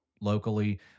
locally